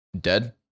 dead